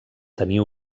tenir